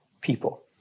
people